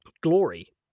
glory